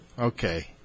okay